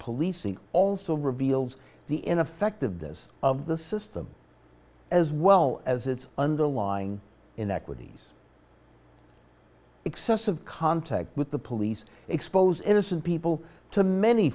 policing also reveals the in effect of this of the system as well as its underlying inequities excessive contact with the police expose innocent people to many